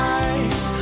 eyes